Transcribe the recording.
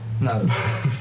No